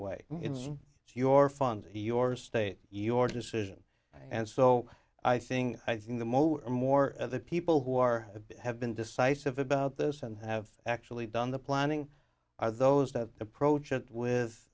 way it's your fund your state your decision and so i thing i think the most more the people who are have been decisive about this and have actually done the planning are those that approach it with